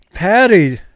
Patty